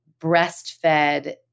breastfed